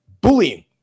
bullying